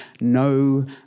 no